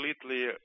completely